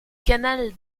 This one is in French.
canal